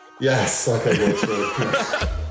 yes